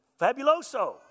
fabuloso